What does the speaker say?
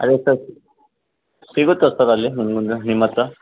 ಅದೇ ಸರ್ ಸಿಗುತ್ತಾ ಸರ್ ಅಲ್ಲಿ ನಿಮ್ಮುಂದೆ ನಿಮ್ಮತ್ತಿರ